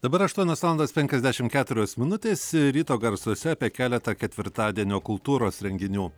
dabar aštuonios valandos penkiasdešim keturios minutės ryto garsuose apie keletą ketvirtadienio kultūros renginių